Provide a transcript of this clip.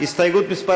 הסתייגות מס'